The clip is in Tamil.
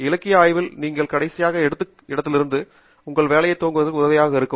இலக்கிய ஆய்வுவில் நீங்கள் கடைசியாக எடுத்த இடத்திலிருந்து உங்கள் வேலையைத் துவங்குவதற்கு உதவியாக இருக்கும்